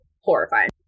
horrifying